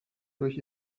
durch